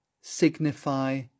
Signify